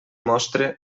mostre